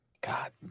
God